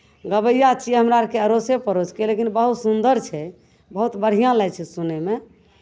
गबैआ छियै हमरा आरके अड़ोसे पड़ोसके लेकिन बहुत सुन्दर छै बहुत बढ़िआँ लागै छै सुनयमे